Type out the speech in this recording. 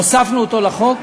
הוספנו לחוק